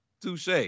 Touche